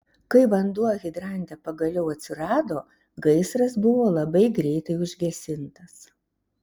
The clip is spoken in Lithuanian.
kai vanduo hidrante pagaliau atsirado gaisras buvo labai greitai užgesintas